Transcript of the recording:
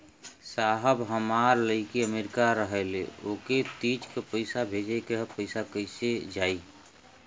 साहब हमार लईकी अमेरिका रहेले ओके तीज क पैसा भेजे के ह पैसा कईसे जाई?